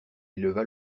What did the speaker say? éleva